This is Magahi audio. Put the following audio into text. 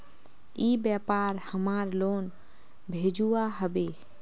ई व्यापार हमार लोन भेजुआ हभे?